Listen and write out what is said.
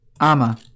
Ama